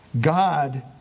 God